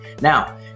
Now